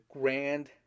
grand